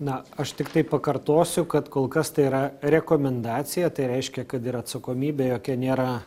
na aš tiktai pakartosiu kad kol kas tai yra rekomendacija tai reiškia kad ir atsakomybė jokia nėra